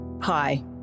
Hi